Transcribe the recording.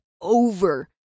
over